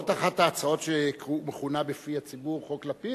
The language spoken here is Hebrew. זאת אחת ההצעות שמכונות בפי הציבור "חוק לפיד"?